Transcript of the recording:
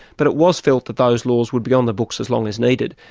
but it was felt that those laws would be on the books as long as needed.